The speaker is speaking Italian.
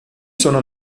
sono